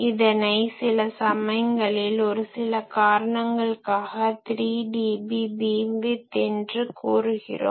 இதனை சில சமயங்களில் ஒரு சில காரணங்களுக்காக 3dB பீம்விட்த் என்று கூறுகிறோம்